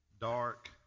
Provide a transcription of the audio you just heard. dark